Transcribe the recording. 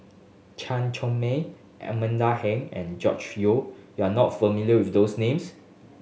Chan Chong Mei Amanda Heng and George Yong you are not familiar with those names